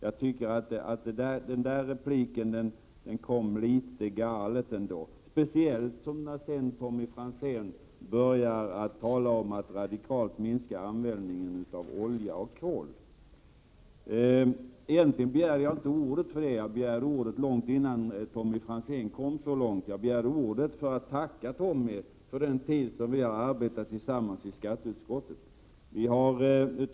Jag tycker att det uttalandet var litet galet, särskilt som Tommy Franzén sedan började tala om att man radikalt skulle minska användningen av olja och kol. Egentligen begärde jag inte ordet med anledning av detta. Jag begärde ordet långt innan Tommy Franzén kom så långt. Jag gjorde det för att tacka Tommy Franzén för den tid som vi har arbetat tillsammans i skatteutskottet.